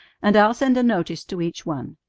and i'll send a notice to each one.